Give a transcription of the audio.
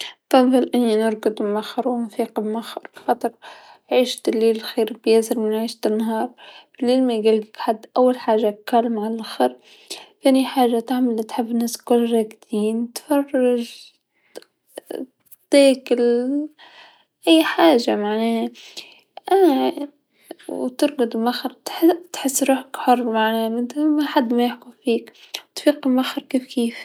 نفضل أني نرقد مأخر و نفيق مأخرا خاطر عيشت الليل خير بياسر من عيشت النهار، الليل ما يقابل حد، أول حاجه كالم على لاخر، ثاني حاجه تعمل لتحب ناس كامل راقدين، تتفرج ت-ت- تاكل أي حاجه معناها ترقد مأخر تحس روحك حر معناها ما حد ليحكم فيك و تفيق مأخر كيف كيف.